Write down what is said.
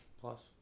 plus